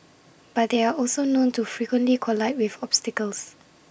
but they are also known to frequently collide with obstacles